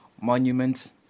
Monument